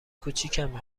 کوچیکمه